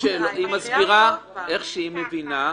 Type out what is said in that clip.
היא מסבירה איך שהיא מבינה.